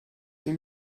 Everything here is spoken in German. ihm